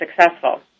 successful